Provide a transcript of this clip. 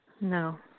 No